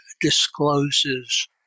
discloses